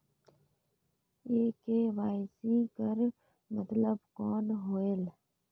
ये के.वाई.सी कर मतलब कौन होएल?